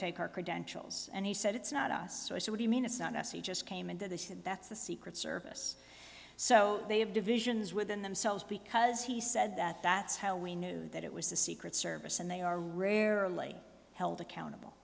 take our credentials and he said it's not us so i said you mean it's not messy just came into this and that's the secret service so they have divisions within themselves because he said that that's how we knew that it was the secret service and they are rarely held accountable